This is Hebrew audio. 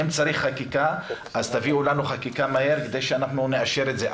אם צריך חקיקה אז תביאו לנו חקיקה מהר כדי שאנחנו נאשר את זה.